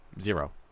Zero